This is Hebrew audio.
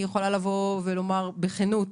אני יכולה לבוא ולומר בכנות,